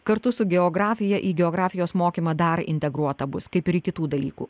kartu su geografija į geografijos mokymą dar integruota bus kaip ir į kitų dalykų